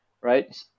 right